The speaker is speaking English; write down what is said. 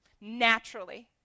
Naturally